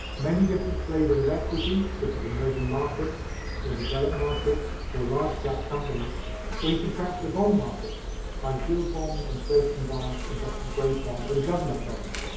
many different flavours of equity such as emerging markets or developed markets or large-cap companies or you can track the bond market high-yield bonds, inflation bonds, investment-grade bonds and government bonds.